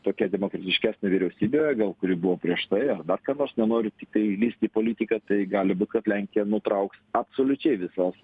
tokia demokratiškesnė vyriausybė gal kuri buvo prieš tai dar ką nors nenoriu tik tai lįst į politiką tai gali būt kad lenkija nutrauks absoliučiai visas